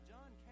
John